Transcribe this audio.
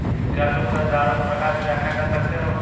क्या तुम कर्जदारों के प्रकार की व्याख्या कर सकते हो?